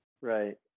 right